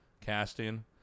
casting